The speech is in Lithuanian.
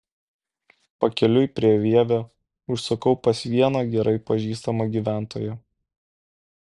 pakeliui prie vievio užsukau pas vieną gerai pažįstamą gyventoją